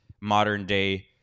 modern-day